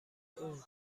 اون